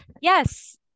Yes